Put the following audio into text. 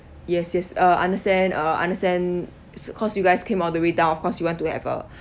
yes yes uh understand uh understand cause you guys came all the way down of course you want to have a